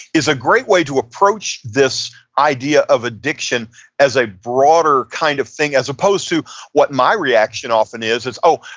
is a great way to approach this idea of addiction as a broader kind of thing, as opposed to what my reaction often is, is oh,